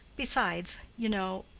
besides, you know,